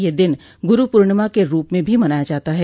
यह दिन गुरु पूर्णिमा के रूप में भी मनाया जाता है